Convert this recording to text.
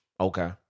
Okay